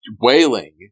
wailing